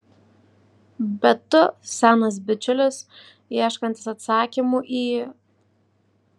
bet tu senas bičiulis ieškantis atsakymų į